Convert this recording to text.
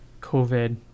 COVID